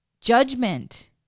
judgment